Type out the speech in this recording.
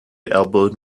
elbowed